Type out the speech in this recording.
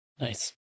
Nice